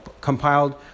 compiled